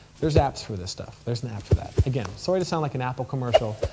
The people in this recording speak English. there's apps for this stuff. there's an app for that. again, sorry to sound like an apple commercial,